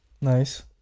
Nice